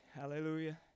Hallelujah